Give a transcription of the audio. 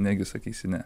negi sakysi ne